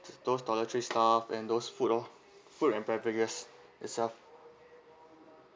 those toiletries stuff and those food oh food and beverages itself